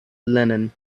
linen